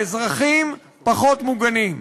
האזרחים פחות מוגנים.